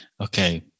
Okay